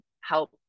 help